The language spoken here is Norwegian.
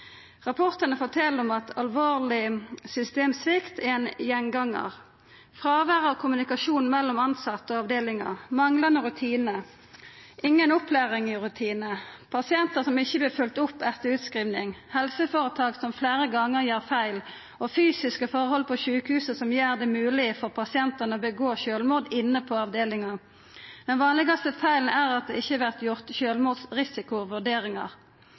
Rapportane fortel at alvorleg systemsvikt er ein gjengangar. Fråvær av kommunikasjon mellom tilsette og avdelingar, manglande rutinar, inga opplæring i rutinar, pasientar som ikkje vert følgde opp etter utskriving, helseføretak som fleire gonger gjer feil, og fysiske forhold på sjukehuset som gjer det mogleg for pasientane å gjera sjølvmord inne på avdelinga. Den vanlegaste feilen er at det ikkje vert gjort